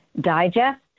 digest